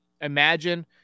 imagine